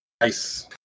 nice